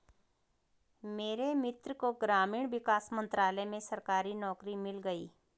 मेरे मित्र को ग्रामीण विकास मंत्रालय में सरकारी नौकरी मिल गई